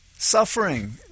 Suffering